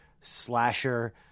slasher